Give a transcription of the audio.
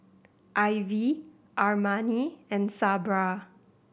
Ivy Armani and Sabra